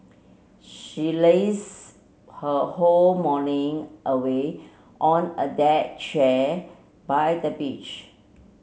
she laze her whole morning away on a deck chair by the beach